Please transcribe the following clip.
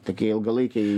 tokie ilgalaikiai